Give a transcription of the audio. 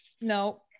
no